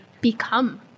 become